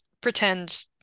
pretend